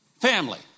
family